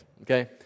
okay